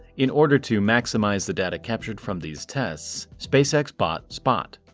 in order to maximize the data captured from these tests, spacex bought spot.